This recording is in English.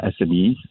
SMEs